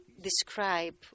describe